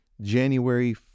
January